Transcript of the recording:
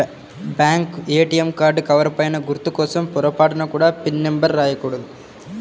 bank ATM card cover పైన గుర్తు కోసం పొరపాటున కూడా పిన్ నెంబర్ రాయకూడదు